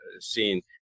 seen